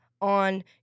on